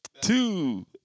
Two